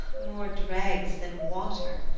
more dregs than water,